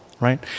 right